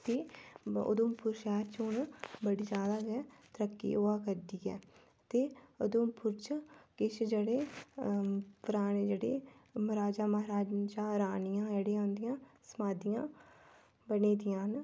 ते उधमपुर शैह्र च हून बड़ी जैदा गै तरक्की होआ करदी ऐ ते उधमपुर च किश जेह्ड़े पराने जेह्ड़े राजा महाराजा रानियां जेह्डियां उं'दियां समाधियां बनी दियां न